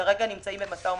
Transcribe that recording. שכרגע נמצאים במשא ומתן.